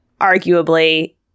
arguably